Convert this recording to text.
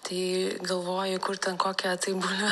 tai galvoji kur ten kokia tai bulvę